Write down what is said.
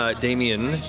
ah damian,